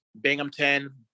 binghamton